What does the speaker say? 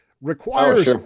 requires